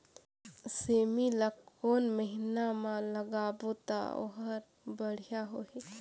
सेमी ला कोन महीना मा लगाबो ता ओहार बढ़िया होही?